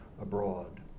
abroad